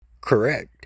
Correct